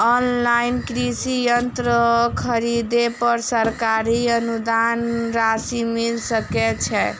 Online कृषि यंत्र खरीदे पर सरकारी अनुदान राशि मिल सकै छैय?